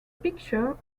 picture